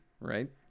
Right